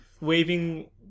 waving